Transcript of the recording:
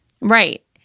Right